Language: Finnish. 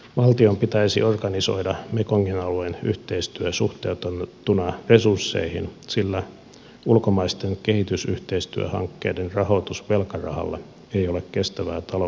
valtion pitäisi organisoida mekongin alueen yhteistyö suhteutettuna resursseihin sillä ulkomaisten kehitysyhteistyöhankkeiden rahoitus velkarahalla ei ole kestävää taloudenhoitoa